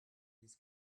his